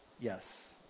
yes